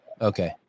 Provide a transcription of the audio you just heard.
Okay